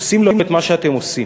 עושים לו את מה שאתם עושים.